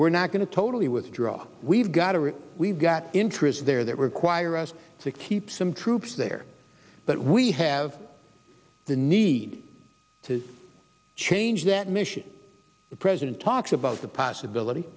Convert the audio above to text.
we're not going to totally withdraw we've got our we've got interests there that require us to keep some troops there but we have the need to change that mission the president talks about the possibility